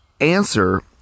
answer